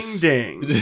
ding